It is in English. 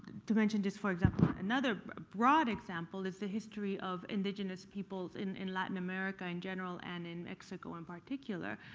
to mention just for example, another broad example is the history of indigenous peoples in in latin america in general and in mexico in particular.